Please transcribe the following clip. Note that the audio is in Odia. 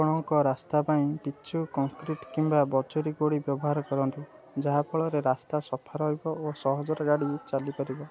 ଆପଣଙ୍କ ରାସ୍ତା ପାଇଁ ପିଚୁ କଙ୍କ୍ରିଟ୍ କିମ୍ବା ବଜୁରି ଗୋଡ଼ି ବ୍ୟବହାର କରନ୍ତୁ ଯାହାଫଳରେ ରାସ୍ତା ସଫା ରହିବ ଓ ସହଜରେ ଗାଡ଼ି ଚାଲିପାରିବ